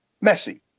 messy